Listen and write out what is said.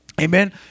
Amen